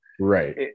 Right